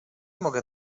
mogę